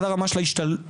עד הרמה של ההשתלבות,